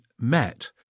met